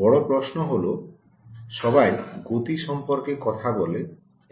বড় প্রশ্ন হল সবাই গতি সম্পর্কে কথা বলে